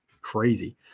crazy